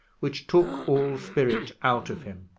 which took all spirit out of him,